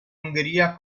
ungheria